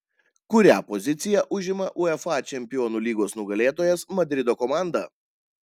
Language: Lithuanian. kurią poziciją užima uefa čempionų lygos nugalėtojas madrido komanda